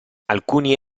alcuni